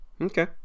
Okay